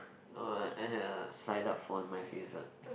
no I have signed up for my favorite